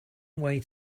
way